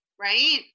Right